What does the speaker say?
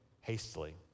hastily